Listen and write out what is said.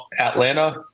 Atlanta